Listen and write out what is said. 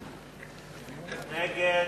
1, נגד,